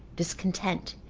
discontent,